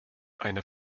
eine